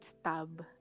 stab